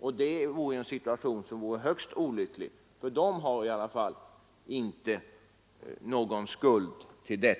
I så fall är det en situation som vore högst olycklig, ty de människorna har ju ingen skuld till den